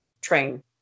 train